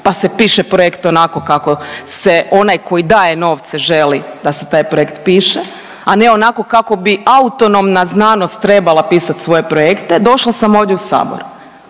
pa se piše projekt onako kako se onaj koji daje novce želi da se taj projekt piše, a ne onako kako bi autonomna znanost trebala pisat svoje projekte. Došla sam ovdje u sabor